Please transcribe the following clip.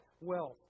wealth